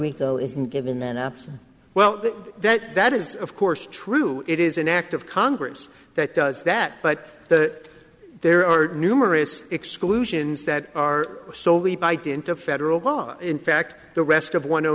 rico isn't given then a well that that is of course true it is an act of congress that does that but that there are numerous exclusions that are solely by dint of federal law in fact the rest of one